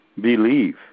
believe